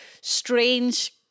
strange